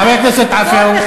חבר הכנסת עפו, תודה רבה.